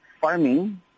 farming